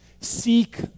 seek